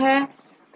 तोB small है